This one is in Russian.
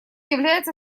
является